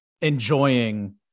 enjoying